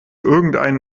irgendeinen